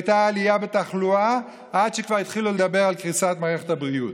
והייתה עלייה בתחלואה עד שכבר התחילו לדבר על קריסת מערכת הבריאות.